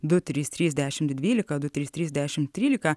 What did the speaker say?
du trys trys dešimt dvylika du trys trys dešimt trylika